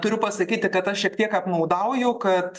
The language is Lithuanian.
turiu pasakyti kad aš šiek tiek apmaudauju kad